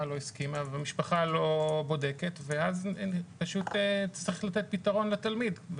לא הסכימה והמשפחה לא בודקת ואז פשוט נצטרך לתת פתרון לתלמיד.